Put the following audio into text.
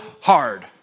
hard